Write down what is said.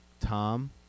Tom